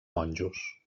monjos